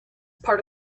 part